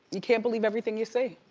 you can't believe everything you see.